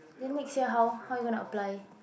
then next year how how you gonna apply